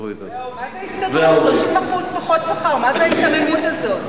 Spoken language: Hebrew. ובתוך תנאי המכרז יכולת להעיר הערות.